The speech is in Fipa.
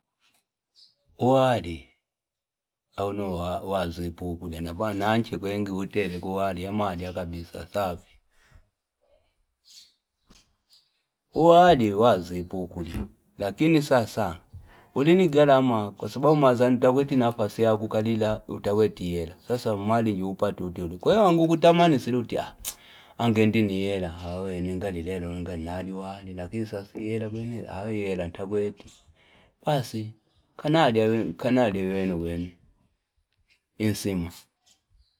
Kwa wali, wali wazi pukule. Nafananchi kwenye ngi utele kwa wali. Amalia kabisa sabi. Kwa wali, wazi pukule. Lakini sasa. Ulini gyalama. Kwa sababu maza nitaweti na fasea. Kukalila, utaweti yela. Sasa mali juhupa tutuli. Kwa wangu kutamani silutia. Angendini yela. Hawe ni ngali lelo. Angendini wali. Lakini sasa yela. Ah hii yela ntagweti basi kanil- kanali wenu wenu insima.